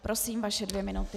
Prosím, vaše dvě minuty.